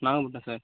Nagapattinam sir